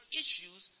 issues